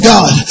God